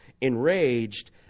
enraged